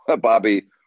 Bobby